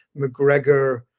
McGregor